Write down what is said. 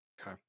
Okay